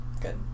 Good